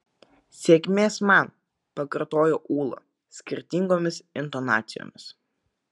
sėkmės man pakartojo ūla skirtingomis intonacijomis